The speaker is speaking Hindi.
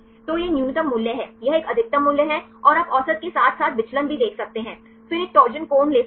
तो यह न्यूनतम मूल्य है यह एक अधिकतम मूल्य है और आप औसत के साथ साथ विचलन भी देख सकते हैं फिर एक टॉर्शन कोण ले सकते हैं